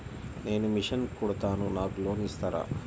నేను మిషన్ కుడతాను నాకు లోన్ ఇస్తారా?